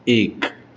એક